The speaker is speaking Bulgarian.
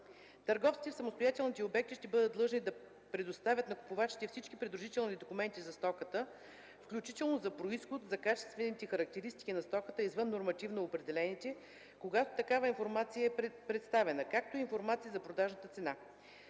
Търговците в самостоятелните обекти ще бъдат длъжни да предоставят на купувачите всички придружителни документи за стоката, включително за произход, за качествените характеристики на стоката извън нормативно определените, когато такава информация е представена, както и информация за продажната цена.